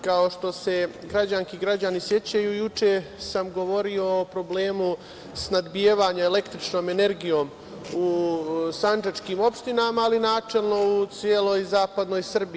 Kao što se građanke i građani sećaju, juče sam govorio o problemu snabdevanja električnom energijom u sandžačkim opštinama, ali i načelno u celoj zapadnoj Srbiji.